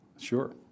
Sure